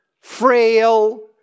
frail